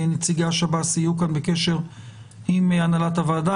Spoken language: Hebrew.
נציגי השב"ס יהיו בקשר עם הנהלת הוועדה